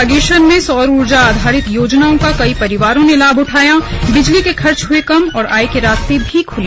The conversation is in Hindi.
बागेश्वर में सौर ऊर्जा आधारित योजनाओं का कई परिवारों ने उठाया लाभबिजली के खर्च हए कम और आय के रास्ते भी खुले